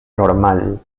normal